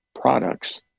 products